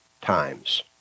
times